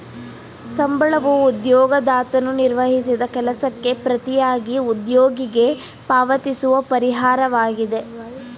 ಸಂಬಳವೂ ಉದ್ಯೋಗದಾತನು ನಿರ್ವಹಿಸಿದ ಕೆಲಸಕ್ಕೆ ಪ್ರತಿಯಾಗಿ ಉದ್ಯೋಗಿಗೆ ಪಾವತಿಸುವ ಪರಿಹಾರವಾಗಿದೆ